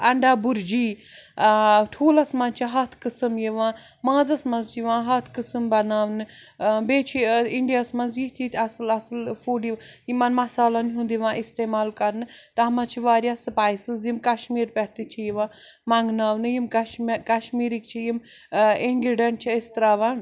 اَنڈا بُرجی ٹھوٗلَس منٛز چھِ ہَتھ قٕسٕم یِوان مازَس منٛز چھِ یِوان ہَتھ قٕسٕم بَناونہٕ بیٚیہِ چھِ اِنڈیاہَس مَنٛز یِتھ ییٚتہِ اَصٕل اَصٕل فُڈ یِمَن مَسالَن ہُنٛد یِوان اِستعمال کَرنہٕ تَتھ منٛز چھِ واریاہ سپایسِز یِم کَشمیٖر پٮ۪ٹھ تہِ چھِ یِوان منٛگناونہٕ یِم کَشم کَشمیٖرٕکۍ چھِ یِم اِنگرٛیٖڈَنٹ چھِ أسۍ ترٛاوان